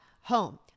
home